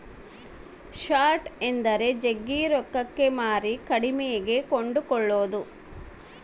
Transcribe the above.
short ಎಂದರೆ ಜಗ್ಗಿ ರೊಕ್ಕಕ್ಕೆ ಮಾರಿ ಕಡಿಮೆಗೆ ಕೊಂಡುಕೊದು